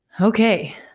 Okay